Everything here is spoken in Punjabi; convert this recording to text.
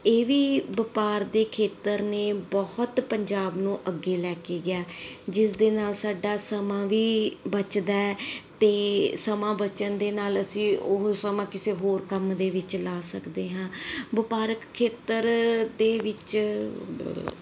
ਇਹ ਵੀ ਵਪਾਰ ਦੇ ਖੇਤਰ ਨੇ ਬਹੁਤ ਪੰਜਾਬ ਨੂੰ ਅੱਗੇ ਲੈ ਕੇ ਗਿਆ ਜਿਸ ਦੇ ਨਾਲ ਸਾਡਾ ਸਮਾਂ ਵੀ ਬਚਦਾ ਹੈ ਅਤੇ ਸਮਾਂ ਬਚਣ ਦੇ ਨਾਲ ਅਸੀਂ ਉਹੀ ਸਮਾਂ ਕਿਸੇ ਹੋਰ ਕੰਮ ਦੇ ਵਿੱਚ ਲਗਾ ਸਕਦੇ ਹਾਂ ਵਪਾਰਕ ਖੇਤਰ ਦੇ ਵਿੱਚ